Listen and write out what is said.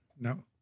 No